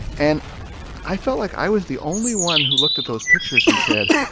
and i felt like i was the only one who looked at those pictures and said,